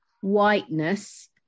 whiteness